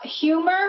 Humor